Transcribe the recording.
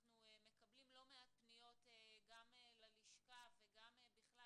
אנחנו מקבלים לא מעט פניות גם ללשכה וגם בכלל,